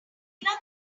tina